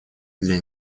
для